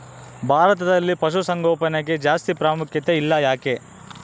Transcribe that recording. ಭಾರತದಲ್ಲಿ ಪಶುಸಾಂಗೋಪನೆಗೆ ಜಾಸ್ತಿ ಪ್ರಾಮುಖ್ಯತೆ ಇಲ್ಲ ಯಾಕೆ?